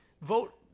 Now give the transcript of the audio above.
vote